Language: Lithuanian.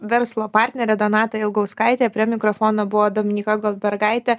verslo partnerė donata ilgauskaitė prie mikrofono buvo dominyka goldbergaitė